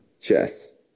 Chess